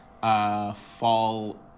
Fall